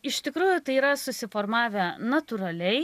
iš tikrųjų tai yra susiformavę natūraliai